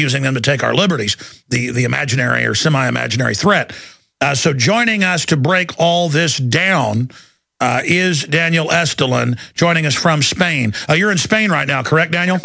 using them to take our liberties the imaginary or semi imaginary threat so joining us to break all this down is daniel as dylan joining us from spain you're in spain right now correct